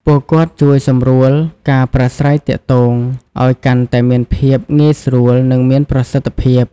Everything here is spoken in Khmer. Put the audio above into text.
ពួកគាត់ជួយសម្រួលការប្រាស្រ័យទាក់ទងឲ្យកាន់តែមានភាពងាយស្រួល និងមានប្រសិទ្ធភាព។